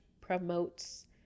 promotes